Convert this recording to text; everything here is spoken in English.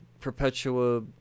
Perpetua